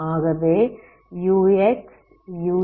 ஆகவே ux ut uxx